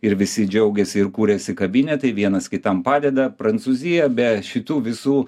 ir visi džiaugiasi ir kuriasi kabinetai vienas kitam padeda prancūzija be šitų visų